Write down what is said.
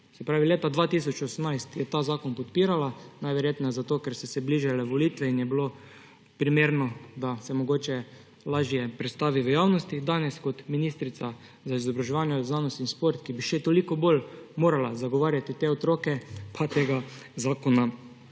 ministrica. Leta 2018 je ta zakon podpirala, najverjetneje zato, ker so se bližale volitve in je bilo primerno, da se mogoče lažje predstavi v javnosti. Danes kot ministrica za izobraževanje, znanost in šport, ki bi še toliko bolj morala zagovarjati te otroke, pa tega zakona